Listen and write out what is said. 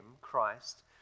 Christ